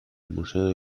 museo